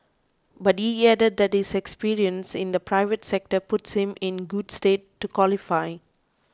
but he added that his experience in the private sector puts him in good stead to qualify